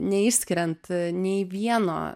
neišskiriant nei vieno